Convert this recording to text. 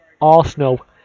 Arsenal